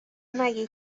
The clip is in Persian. مگه